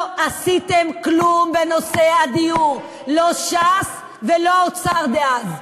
לא עשיתם כלום בנושא הדיור, לא ש"ס ולא האוצר דאז.